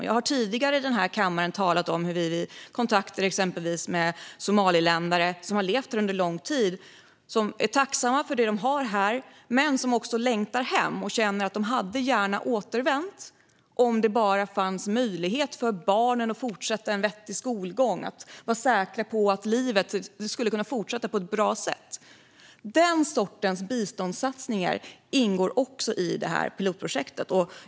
Jag har tidigare talat här i kammaren om att vi vid kontakter med exempelvis somaliländare som har levt här under lång tid fått höra att de är tacksamma för det de har här men också längtar hem. De känner att de gärna hade återvänt om det bara funnits möjlighet för barnen att fortsätta en vettig skolgång och de var säkra på att livet skulle kunna fortsätta på ett bra sätt. Den sortens biståndssatsningar ingår i detta pilotprojekt.